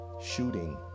shooting